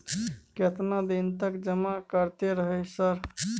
केतना दिन तक जमा करते रहे सर?